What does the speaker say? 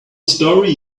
story